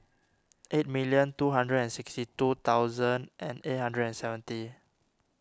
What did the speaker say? eight million two hundred and sixty two thousand eight hundred and seventy